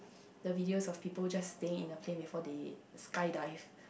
the video of people just being in the plane before they skydive